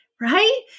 right